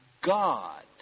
God